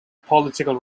political